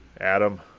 Adam